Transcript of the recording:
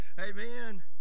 Amen